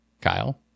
Kyle